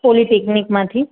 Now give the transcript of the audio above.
poly ટેકનિકમાંથી